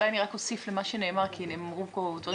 אולי אני רק אוסיף למה שנאמר כי נאמרו פה דברים